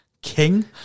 King